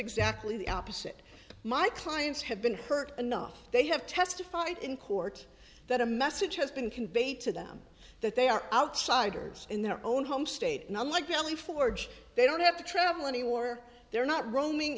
exactly the opposite my clients have been hurt enough they have testified in court that a message has been conveyed to them that they are outsiders in their own home state and unlike nellie forge they don't have to travel anywhere they're not roaming